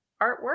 artwork